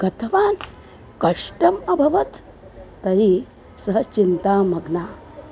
गतवान् कष्टम् अभवत् तर्हि सः चिन्तामग्नः